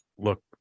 look